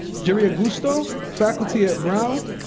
geri augusto, faculty at brown,